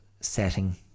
setting